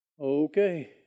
Okay